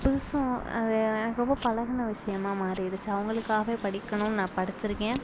புதுசும் அது எனக்கு ரொம்ப பழகின விஷயமாக மாறிடுச்சு அவங்களுக்காகவே படிக்கணும்னு நான் படிச்சுருக்கேன்